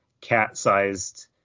cat-sized